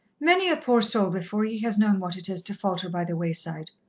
many a poor soul before ye has known what it is to falter by the wayside.